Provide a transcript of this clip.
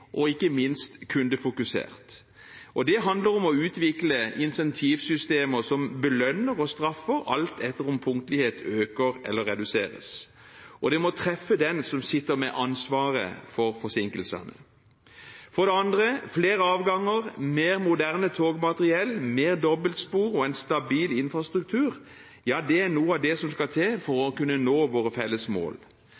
og, ikke minst, kundefokusert. Det handler om å utvikle incentivsystemer som belønner og straffer, alt ettersom punktlighet øker eller reduseres, og det må treffe den som sitter med ansvaret for forsinkelsene. For det andre: Flere avganger, mer moderne togmateriell, flere dobbeltspor og en stabil infrastruktur er noe av det som skal til for å kunne nå våre felles mål.